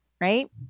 Right